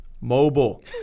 mobile